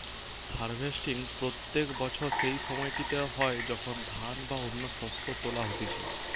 harvesting প্রত্যেক বছর সেই সময়টিতে হয় যখন ধান বা অন্য শস্য তোলা হতিছে